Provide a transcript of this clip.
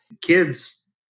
kids